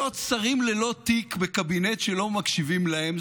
להיות שרים ללא תיק בקבינט שלא מקשיבים להם,